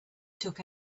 took